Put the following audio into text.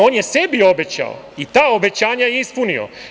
On je sebi obećao i ta obećanja ispunio.